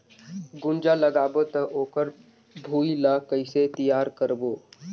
गुनजा लगाबो ता ओकर भुईं ला कइसे तियार करबो?